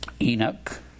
Enoch